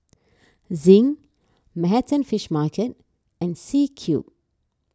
Zinc Manhattan Fish Market and C Cube